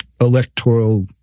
electoral